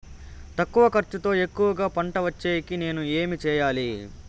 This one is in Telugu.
తక్కువ ఖర్చుతో ఎక్కువగా పంట వచ్చేకి నేను ఏమి చేయాలి?